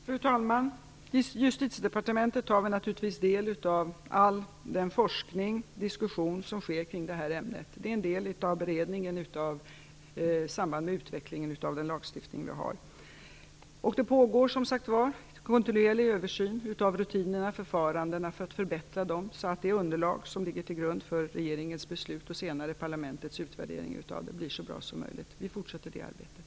Fru talman! I Justitiedepartementet tar vi naturligtvis del av all den forskning och diskussion som sker kring det här ämnet. Det är en del av beredningen i samband med utvecklingen av den lagstiftning vi har. Det pågår som sagt en kontinuerlig översyn av rutinerna och förfarandena för att förbättra dessa, så att det underlag som ligger till grund för regeringens beslut och senare parlamentets utvärdering av detta blir så bra som möjligt. Vi fortsätter det arbetet.